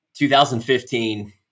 2015